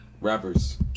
Rappers